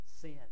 sin